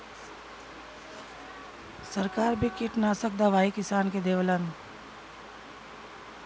सरकार भी किटनासक दवाई किसान के देवलन